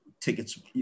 tickets